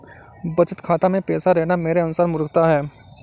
बचत खाता मैं पैसा रखना मेरे अनुसार मूर्खता है